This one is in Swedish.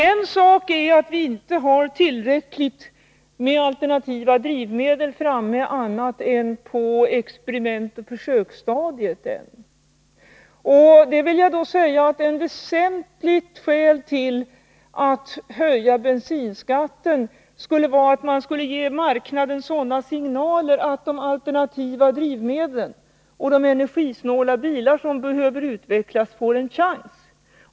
En sak är att vi inte har tillräckligt med alternativa drivmedel framtagna annat än på experimentoch försöksstadiet. Men ett väsentligt skäl till att höja bensinskatten skulle vara att man skulle ge marknaden sådana signaler att de alternativa drivmedlen och de energisnåla bilar som behöver utvecklas får en chans.